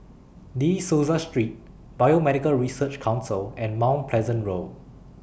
De Souza Street Biomedical Research Council and Mount Pleasant Road